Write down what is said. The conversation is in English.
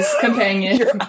companion